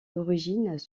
origines